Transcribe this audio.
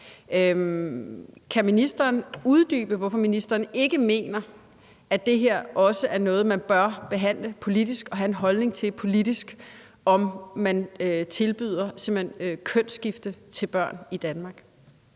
Kan ministeren uddybe, hvorfor ministeren ikke mener, at det her også er noget, man bør behandle politisk og have en holdning til politisk, i forhold til simpelt hen at tilbyde kønsskifte til børn i Danmark?